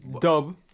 Dub